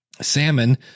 Salmon